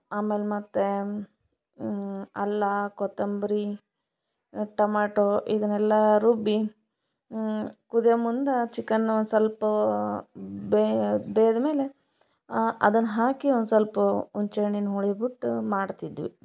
ಆಮೇಲೆ ಮತ್ತೆ ಅಲ್ಲ ಕೊತ್ತಂಬರಿ ಟೊಮಾಟೋ ಇದನ್ನೆಲ್ಲ ರುಬ್ಬಿ ಕುದಿಯೋ ಮುಂದೆ ಚಿಕನ್ನು ಸ್ವಲ್ಪ ಬೆಂದ್ಮೇಲೆ ಅದನ್ನು ಹಾಕಿ ಒಂದ್ಸೊಲ್ಪ ಹುಣ್ಚೆ ಹಣ್ಣಿನ ಹುಳಿ ಬಿಟ್ಟು ಮಾಡ್ತಿದ್ವಿ